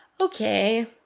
okay